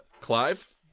Clive